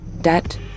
Debt